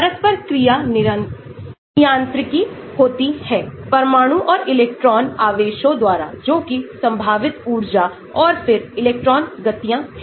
परस्पर क्रियानियंत्रित होती है परमाणु और इलेक्ट्रॉन आवेशों द्वारा जो कि संभावित ऊर्जा और फिर इलेक्ट्रॉन गतियां हैं